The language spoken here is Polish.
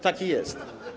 Taki jest.